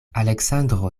aleksandro